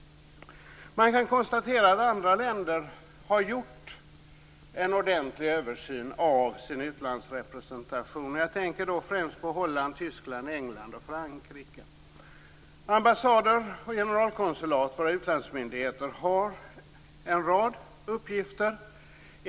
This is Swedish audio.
Andra länder har gjort en ordentlig översyn av sin utlandsrepresentation. Jag tänker då främst på Holland, Tyskland, England och Frankrike. Våra utlandsmyndigheter - ambassader och generalkonsulat - har en rad uppgifter.